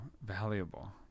valuable